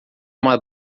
uma